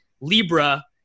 Libra